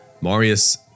Marius